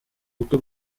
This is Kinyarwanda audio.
bukwe